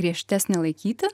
griežtesnį laikyti